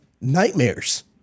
nightmares